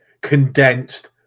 condensed